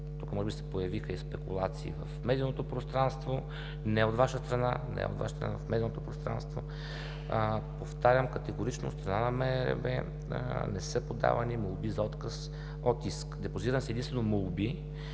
Тук може би се появиха и спекулации в медийното пространство, не от Ваша страна, в медийното пространство. Повтарям категорично от страна на МРРБ: не са подавани молби за отказ от иск. Депозирани са единствено молби